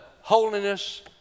holiness